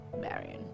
Marion